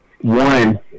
One